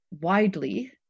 widely